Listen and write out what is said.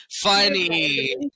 Funny